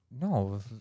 no